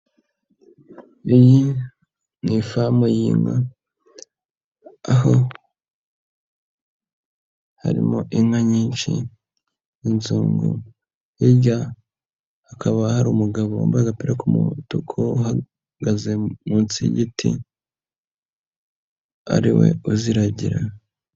Ni ifamu y'inka aho harimo inka nyinshi hirya hakaba hari umugabo wamba agapira k'umuko uhagaze munsi y'igiti ari we uziragira.